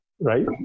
right